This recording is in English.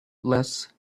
less